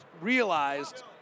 realized